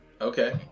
Okay